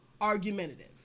argumentative